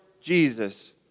Jesus